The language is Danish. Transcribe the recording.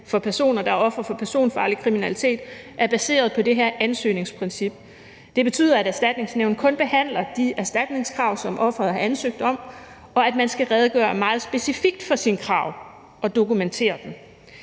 for personer, der er ofre for personfarlig kriminalitet, er baseret på det her ansøgningsprincip. Det betyder, at Erstatningsnævnet kun behandler de erstatningskrav, som offeret har ansøgt om, og at man skal redegøre meget specifikt for sine krav og dokumentere dem.